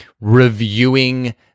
reviewing